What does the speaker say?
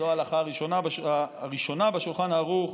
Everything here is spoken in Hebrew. זו ההלכה הראשונה בשולחן ערוך.